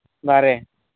ᱫᱟᱨᱮ